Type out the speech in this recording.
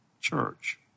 church